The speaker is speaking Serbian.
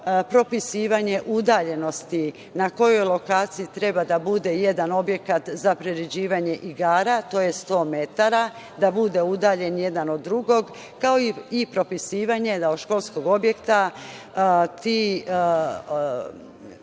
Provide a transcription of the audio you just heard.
propisivanje udaljenosti, na kojoj lokaciji treba da bude jedan objekata za priređivanje igara, to je 100 metara da bude udaljen jedan od drugog, kao i propisivanje da od školskog objekta ti objekti